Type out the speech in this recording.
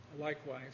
likewise